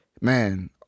man